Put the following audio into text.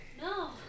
no